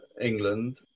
England